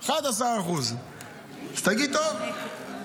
11%. אז תגיד: טוב,